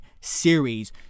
series